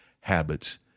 habits